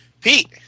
Pete